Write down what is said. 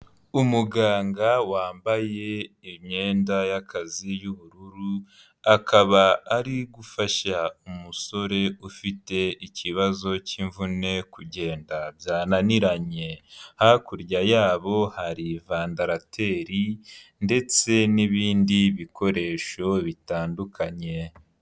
Umuganga wambaye imyenda y'akazi y'ubururu akaba ari gufasha umusore ufite ikibazo cy'imvune kugenda byananiranye, hakurya yabo hari vandarateri ndetse n'ibindi bikoresho bitandukanye.